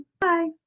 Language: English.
bye